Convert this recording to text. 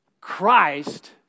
Christ